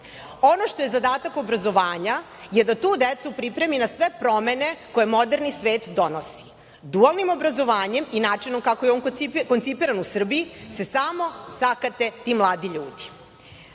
ono što je zadatak obrazovanja je da tu decu pripremi na sve promene koje moderni svet donosi. Dualnim obrazovanje i načinom kako je on koncipiran u Srbiji se samo sakate ti mladi ljudi. Kada